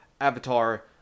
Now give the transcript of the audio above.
avatar